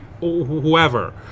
whoever